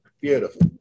beautiful